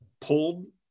pulled